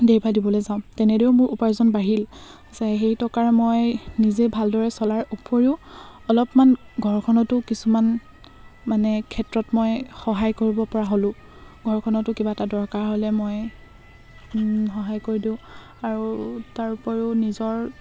দেৰি পাই দিবলৈ যাওঁ তেনেদৰেও মোৰ উপাৰ্জন বাঢ়িল যে সেই টকাৰ মই নিজে ভালদৰে চলাৰ উপৰিও অলপমান ঘৰখনতো কিছুমান মানে ক্ষেত্ৰত মই সহায় কৰিব পৰা হ'লোঁ ঘৰখনতো কিবা এটা দৰকাৰ হ'লে মই সহায় কৰি দিওঁ আৰু তাৰ উপৰিও নিজৰ